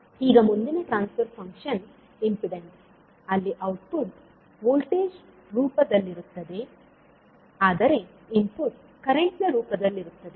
ಈಗ ಮುಂದಿನ transfer function impedance ಅಲ್ಲಿ ಔಟ್ಪುಟ್ ವೋಲ್ಟೇಜ್ ರೂಪದಲ್ಲಿರುತ್ತದೆ ಆದರೆ ಇನ್ಪುಟ್ ಕರೆಂಟ್ ನ ರೂಪದಲ್ಲಿರುತ್ತದೆ